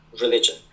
religion